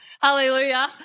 Hallelujah